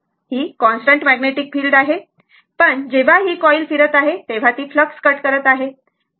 ही constant magnetic field आहे पण जेव्हा ही कॉईल फिरत आहे तेव्हा ती फ्लक्स कट करत आहेत बरोबर